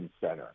center